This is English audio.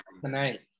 tonight